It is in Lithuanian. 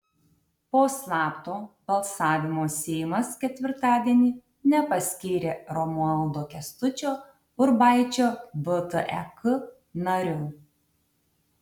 po slapto balsavimo seimas ketvirtadienį nepaskyrė romualdo kęstučio urbaičio vtek nariu